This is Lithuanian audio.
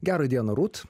gerą dieną rūt